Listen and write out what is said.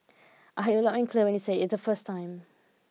I heard you loud and clear when you said it the first time